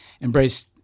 embrace